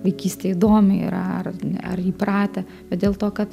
vaikystė įdomi yra ar ar įpratę bet dėl to kad